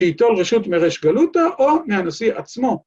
וייטול רשות מריש גלותא ‫או מהנשיא עצמו.